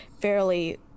fairly